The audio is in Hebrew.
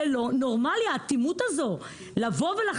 האטימות הזאת לא נורמלית,